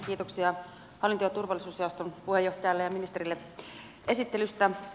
kiitoksia hallinto ja turvallisuusjaoston puheenjohtajalle ja ministerille esittelystä